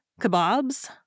Kebabs